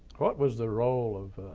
what was the role of